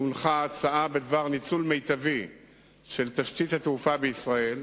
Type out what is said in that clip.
יש הצעה בדבר ניצול מיטבי של תשתית התעופה בישראל,